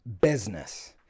business